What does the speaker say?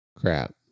Crap